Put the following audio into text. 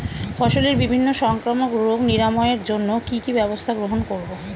ফসলের বিভিন্ন সংক্রামক রোগ নিরাময়ের জন্য কি কি ব্যবস্থা গ্রহণ করব?